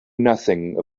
nothing